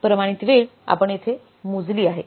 प्रमाणित वेळ आपण येथे मोजली आहे